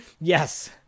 Yes